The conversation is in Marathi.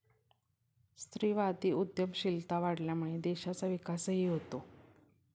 स्त्रीवादी उद्यमशीलता वाढल्यामुळे देशाचा विकासही होतो